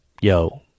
yo